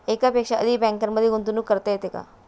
एकापेक्षा अधिक बँकांमध्ये गुंतवणूक करता येते का?